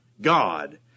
God